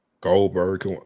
Goldberg